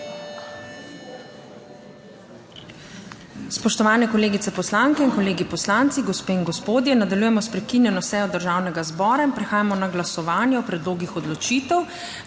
Spoštovane kolegice poslanke in kolegi poslanci, gospe in gospodje. Nadaljujemo s prekinjeno sejo Državnega zbora. Prehajamo na glasovanje o predlogih odločitev.